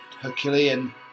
Herculean